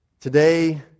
Today